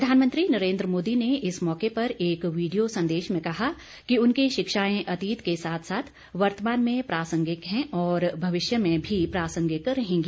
प्रधानमंत्री नरेन्द्र मोदी ने इस मौके पर एक वीडियो संदेश में कहा कि उनकी शिक्षाएं अतीत के साथ साथ वर्तमान में प्रासंगिक हैं और भविष्य में भी प्रासंगिक रहेंगी